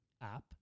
app